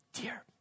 dear